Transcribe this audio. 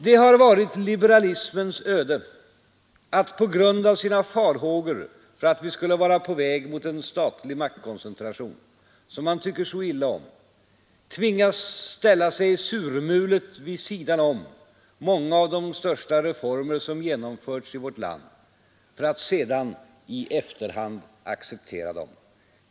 Det har varit liberalismens öde att på grund av sina farhågor för att vi skulle vara på väg mot en statlig maktkoncentration, som man tycker så illa om, tvingas ställa sig surmulet vid sidan om många av de största reformer som genomförts i vårt land, för att sedan i efterhand acceptera dem.